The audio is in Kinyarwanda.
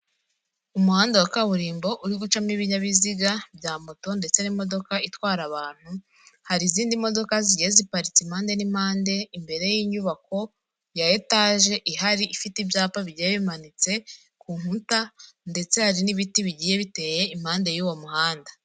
Umuhanda wa kaburimbo uri gucamo ibinyabiziga bya moto ndetse n'imodoka itwara abantu ,hari izindi modoka zigiye ziparitse impande n'impande imbere y'inyubako ya etage ihari ifite ibyapa bigiye bimanitse ku nkuta ndetse hari n'ibiti bigiye biteye impande y'uwo muhanda.